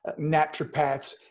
naturopaths